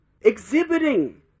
exhibiting